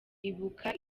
ibuka